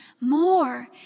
more